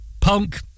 punk